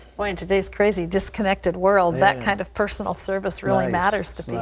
boy, in today's crazy disconnected world, that kind of personal service really matters to